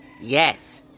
yes